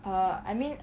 err I mean